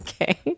okay